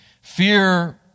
Fear